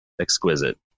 exquisite